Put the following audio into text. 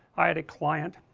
i had a client